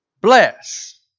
bless